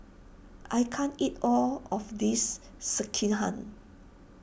I can't eat all of this Sekihan